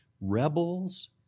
rebels